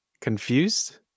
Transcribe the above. confused